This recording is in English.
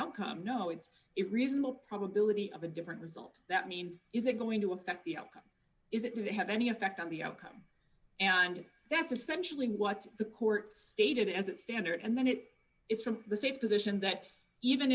outcome no it's it reasonable probability of a different result that means is it going to affect the outcome is it do they have any effect on the outcome and that's essentially what the court stated as that standard and then it it's from the state's position that even